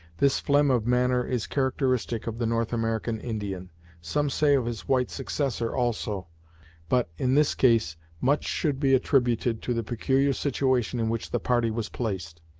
this phlegm of manner is characteristic of the north american indian some say of his white successor also but, in this case much should be attributed to the peculiar situation in which the party was placed.